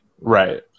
Right